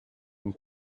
and